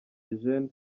eugène